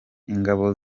ingabo